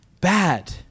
bad